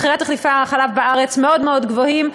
מחירי תחליפי החלב בארץ מאוד מאוד גבוהים.